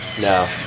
No